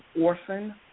orphan